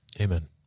Amen